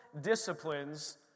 Disciplines